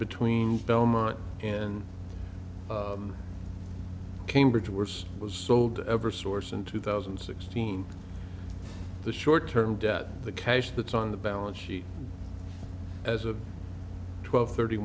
between belmont and cambridge worse was sold ever source in two thousand and sixteen the short term debt the cash that's on the balance sheet as of twelve thirty